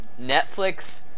Netflix